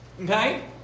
Okay